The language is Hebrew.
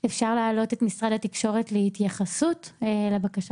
אפשר להעלות את משרד התקשורת להתייחסות לבקשה